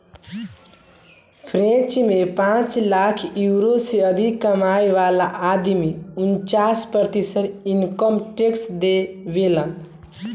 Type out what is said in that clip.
French में पांच lakh euro से अधिक कमाए वाला आदमी उनन्चास प्रतिशत इनकम टैक्स देबेलन